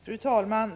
Fru talman!